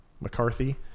McCarthy